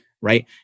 right